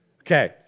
Okay